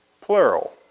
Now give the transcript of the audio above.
Plural